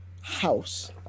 house